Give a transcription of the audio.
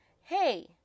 hey